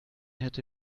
hätte